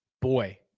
boy